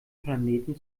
planeten